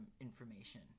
information